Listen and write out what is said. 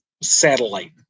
satellite